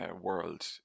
world